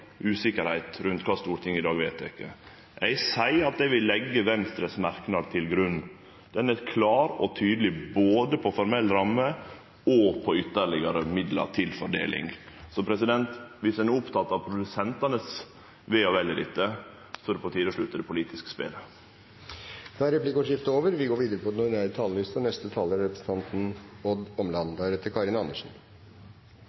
usikkerheit rundt kva Stortinget i dag vedtek. Eg seier at eg vil leggje Venstres merknad til grunn. Den er klar og tydeleg både på formell ramme og på ytterlegare midlar til fordeling. Så viss ein er oppteken av produsentane sitt ve og vel i dette, er det på tide å slutte med det politiske spelet. Replikkordskiftet er over. For ca. to måneder siden vedtok vi